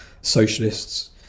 socialists